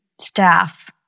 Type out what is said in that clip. staff